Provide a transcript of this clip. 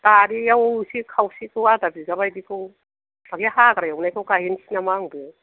बारियाव एसे खावसेखौ आधा बिगा बायदिखौ बे हाग्रा एवनायखौ गायनोसै नामा आंबो